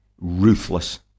ruthless